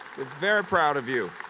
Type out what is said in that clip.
we're very proud of you.